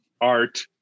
Art